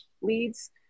leads